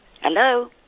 Hello